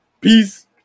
Peace